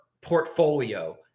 portfolio